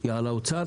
היא על משרד האוצר